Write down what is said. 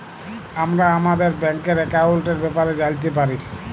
আমরা আমাদের ব্যাংকের একাউলটের ব্যাপারে জালতে পারি